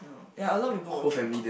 ya a lot of people watching